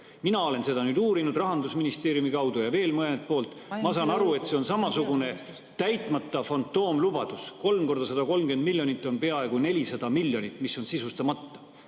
Mina olen seda uurinud Rahandusministeeriumi kaudu ja veel mõnelt poolt, ma saan aru, et see on samasugune täitmata fantoomlubadus. Kolm korda 130 miljonit on peaaegu 400 miljonit, mis on sisustamata.